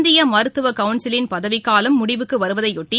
இந்திய மருத்துவ கவுன்சிலின் பதவிக்காலம் முடிவுக்கு வருவதை ஒட்டி